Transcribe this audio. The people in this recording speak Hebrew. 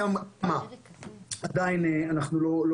מה שנקרא פסטור קר,